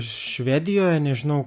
švedijoj nežinau